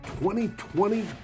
2020